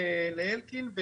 לאלקין,